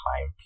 time